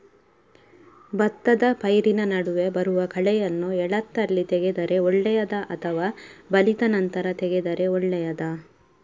ಭತ್ತದ ಪೈರಿನ ನಡುವೆ ಬರುವ ಕಳೆಯನ್ನು ಎಳತ್ತಲ್ಲಿ ತೆಗೆದರೆ ಒಳ್ಳೆಯದಾ ಅಥವಾ ಬಲಿತ ನಂತರ ತೆಗೆದರೆ ಒಳ್ಳೆಯದಾ?